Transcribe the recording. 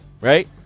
Right